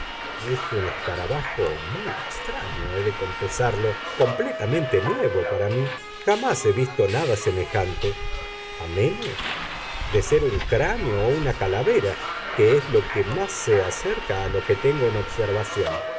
es un escarabajo muy extraño he de confesarlo completamente nuevo para mí jamás he visto nada semejante a menos de ser un cráneo o una calavera que es lo que más se acerca a lo que tengo en observación